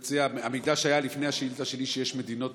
המידע שהיה לפני השאילתה שלי הוא שיש מדינות